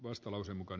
kannatan ed